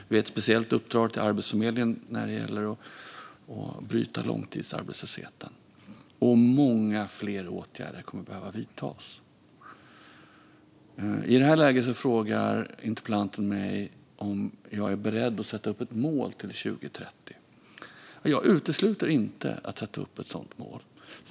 Vi har gett Arbetsförmedlingen ett speciellt uppdrag när det gäller att bryta långtidsarbetslösheten. Och många fler åtgärder kommer att behöva vidtas. I det här läget frågar interpellanten mig om jag är beredd att sätta upp ett mål till 2030. Jag utesluter inte att sätta upp ett sådant mål.